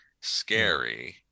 scary